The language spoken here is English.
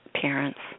parents